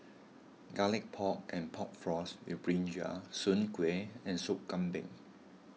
Garlic Pork and Pork Floss with Brinjal Soon Kway and Sop Kambing